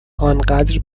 انقدر